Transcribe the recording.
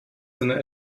deine